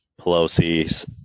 Pelosi's